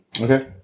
Okay